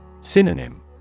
Synonym